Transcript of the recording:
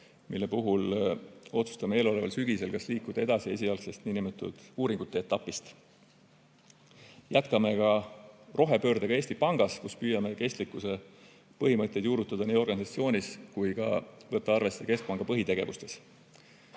mille puhul otsustame eeloleval sügisel, kas liikuda edasi esialgsest niinimetatud uuringute etapist. Jätkame ka rohepöördega Eesti Pangas, kus püüame kestlikkuse põhimõtteid juurutada nii organisatsioonis kui ka võtta arvesse keskpanga põhitegevustes.